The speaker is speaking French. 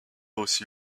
aussi